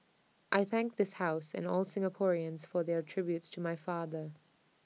I thank this house and all Singaporeans for their tributes to my father